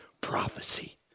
prophecy